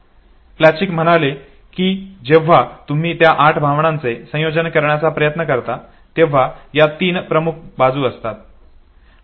Plutchik म्हणाले की जेव्हा तुम्ही त्या आठ भावनांचे संयोजन करण्याचा विचार करता तेव्हा या तीन प्रमुख बाजू असतात